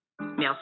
Merci